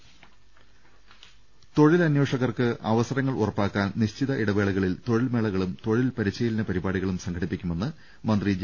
ഷ് ഷേഷ് മാർ ് മാ തൊഴിലന്വേഷകർക്ക് അവസരങ്ങൾ ഉറപ്പാക്കാൻ നിശ്ചിത ഇടവേളകളിൽ തൊഴിൽമേളകളും തൊഴിൽ പരിശീലന പരിപാടികളും സംഘടിപ്പിക്കുമെന്ന് മന്ത്രി ജെ